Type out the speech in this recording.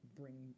bring